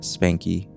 Spanky